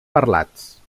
parlats